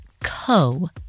co